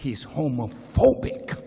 he's homophobic